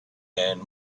and